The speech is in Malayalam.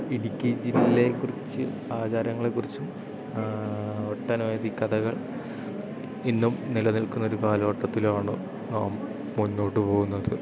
ഇടുക്കി ജില്ലയെക്കുറിച്ച് ആചാരങ്ങളെക്കുറിച്ചും ഒട്ടനവധി കഥകൾ ഇന്നും നിലനിൽക്കുന്നൊരു കാലഘട്ടത്തിലാണ് നാം മുന്നോട്ടു പോവുന്നത്